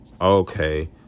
okay